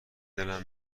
دلم